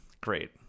Great